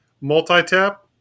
multi-tap